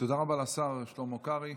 תודה רבה לשר שלמה קרעי.